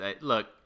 look